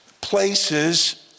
places